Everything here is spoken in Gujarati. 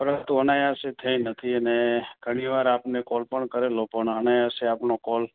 પરંતુ અનાયાસે થઈ નથી અને ઘણીવાર આપને કૉલ પણ કરેલો પણ અનાયાસે આપનો કૉલ